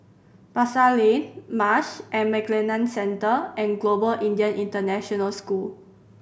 Pasar Lane Marsh and McLennan Centre and Global Indian International School